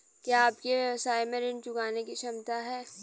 क्या आपके व्यवसाय में ऋण चुकाने की क्षमता है?